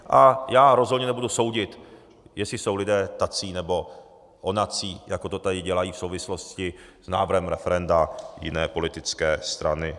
A já rozhodně nebudu soudit, jestli jsou lidé tací nebo onací, jako to tady dělají v souvislosti s návrhem referenda jiné politické strany.